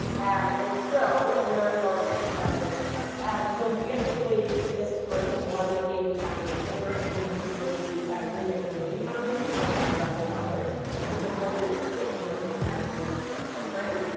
and so where are we going next? that's the next slide. um so, we actually this spring won a foundation grant through the community green bay community foundation for five thousand dollars to support the expansion of this eye care, we care program,